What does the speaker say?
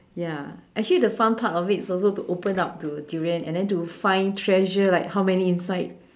ya actually the fun part of it is also to open up the durian and to find treasure like how many inside